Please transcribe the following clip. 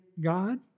God